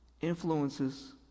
influences